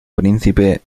príncipe